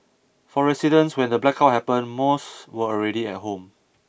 for residents when the blackout happened most were already at home